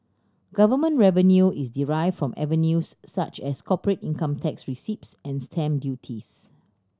government revenue is derived from avenues such as corporate income tax receipts and stamp duties